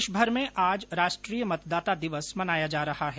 प्रदेशभर में आज राष्ट्रीय मतदाता दिवस मनाय जा रहा है